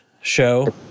show